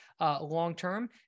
long-term